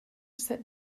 set